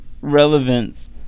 relevance